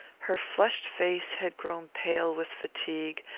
her flushed face had grown pale with fatigue,